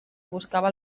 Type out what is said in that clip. buscava